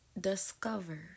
discovered